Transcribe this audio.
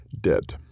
dead